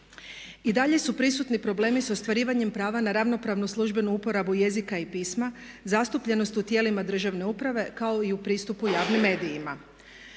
I dalje su prisutni problemi sa ostvarivanjem prava na ravnopravnu službenu uporabu jezika i pisma, zastupljenost u tijelima državne uprave kao i u pristupu javnim medijima.